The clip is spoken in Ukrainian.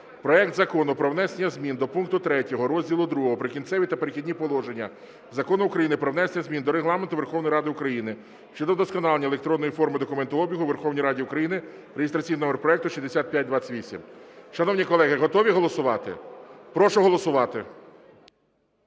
проект Закону про внесення зміни до пункту 3 розділу II "Прикінцеві та перехідні положення" Закону України "Про внесення змін до Регламенту Верховної Ради України" щодо вдосконалення електронної форми документообігу у Верховній Раді України (реєстраційний номер проекту 6528). Шановні колеги, готові голосувати? Прошу голосувати.